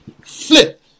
Flip